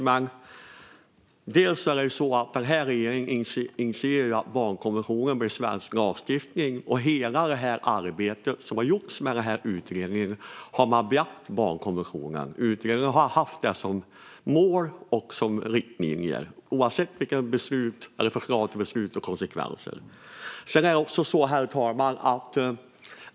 Men den här regeringen initierade ju att barnkonventionen blev svensk lagstiftning, och i hela det arbete som har gjorts med den här utredningen har man beaktat barnkonventionen. Utredarna har haft det som mål och riktlinje, oavsett vilka förslag till beslut och vilka konsekvenser det handlar om. Herr talman!